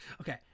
Okay